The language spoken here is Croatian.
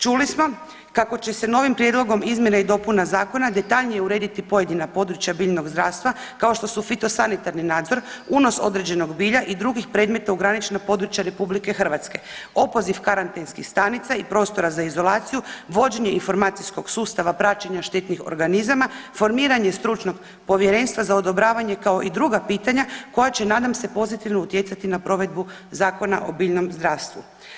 Čuli smo kako će se novim prijedlogom izmjena i dopuna zakona detaljnije urediti pojedina područja biljnog zdravstva kao što su fitosanitarni nadzor, unos određenog bilja i drugih predmeta u granična područja RH, opoziv karantenskih stanica i prostora za izolaciju, vođenje informacijskog sustava praćenja štetnih organizama, formiranje stručnog povjerenstva za odobravanje kao i druga pitanja koja će nadam se pozitivno utjecati na provedbu Zakona o biljnom zdravstvu.